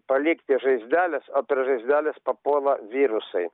palikti žaizdeles o prie žaizdelės papuola virusai